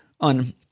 on